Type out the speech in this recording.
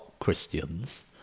Christians